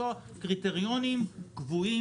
לקבוע קריטריונים קבועים,